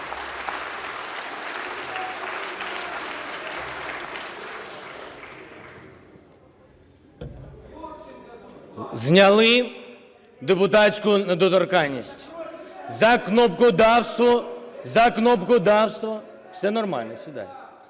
Зняли депутатську недоторканність. За кнопкодавство, за кнопкодавство... (Шум у залі) Все нормально, сідайте.